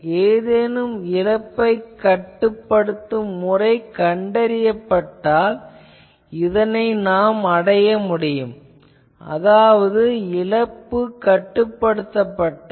ஏதேனும் இழப்பைக் கட்டுப்படுத்தும் முறை கண்டறியப்பட்டால் இதனை அடைய முடியும் அதாவது இழப்பு கட்டுப்படுத்தப்பட்டால்